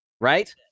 right